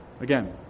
Again